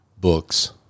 books